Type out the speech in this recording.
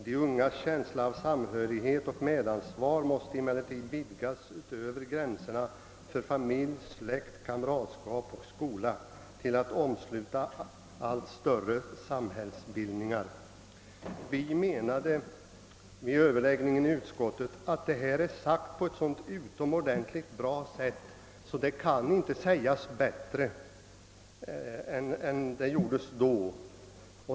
De ungas känsla av samhörighet och medansvar måste emellertid vidgas utöver gränserna för familj och släkt, kamratkrets och skola till att omsluta allt större samhällsbildningar.» Vid överläggningen i utskottet ansåg vi att detta hade uttryckts på ett så utomordentligt bra sätt att det inte kan sägas bättre.